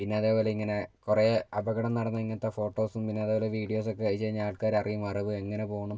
പിന്നെ അതേ പോലെ ഇങ്ങനെ കുറേ അപകടം നടന്ന ഇങ്ങനത്തെ ഫോട്ടോസും പിന്നെ അതേ പോലെ വീഡിയോസൊക്കെ അയച്ചു കഴിഞ്ഞാൽ ആൾക്കാർ അറിയും മറവ് എങ്ങനെ പോകണം